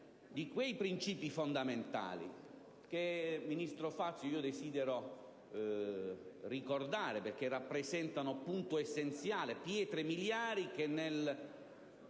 di quei principi fondamentali che, ministro Fazio, io desidero ricordare, perché rappresentano punto essenziale, pietre miliari che nello